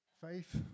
Faith